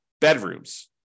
bedrooms